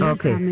Okay